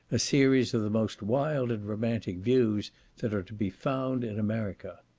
a series of the most wild and romantic views that are to be found in america.